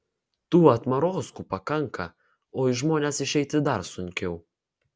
tų atmarozkų pakanka o į žmones išeiti dar sunkiau